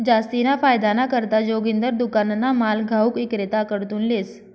जास्तीना फायदाना करता जोगिंदर दुकानना माल घाऊक इक्रेताकडथून लेस